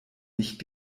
nicht